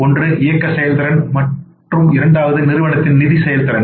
ஒன்று இயக்க செயல்திறன் மற்றும் இரண்டாவது நிறுவனத்தின் நிதி செயல்திறன்